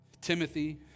Timothy